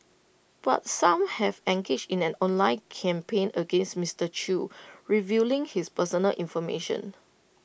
but some have engaged in an online campaign against Mister chew revealing his personal information